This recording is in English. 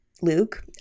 Luke